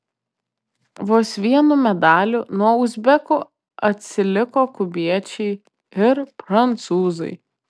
vos vienu medaliu nuo uzbekų atsiliko kubiečiai ir prancūzai